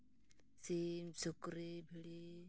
ᱥᱤᱢ ᱥᱩᱠᱨᱤ ᱵᱷᱤᱲᱤ